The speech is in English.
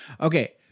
Okay